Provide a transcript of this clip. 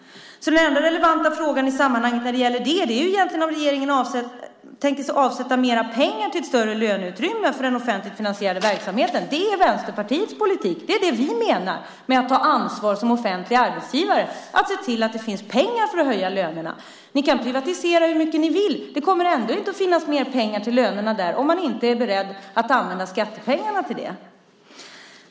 Den enda relevanta frågan i sammanhanget när det gäller det är egentligen om regeringen tänker avsätta mer pengar till ett större löneutrymme för den offentligt finansierade verksamheten. Det är Vänsterpartiets politik. Det är det vi menar med att ta ansvar som offentliga arbetsgivare, att se till att det finns pengar för att höja lönerna. Ni kan privatisera hur mycket ni vill - det kommer ändå inte att finnas mer pengar till lönerna där om man inte är beredd att använda skattepengarna för det.